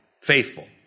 Faithful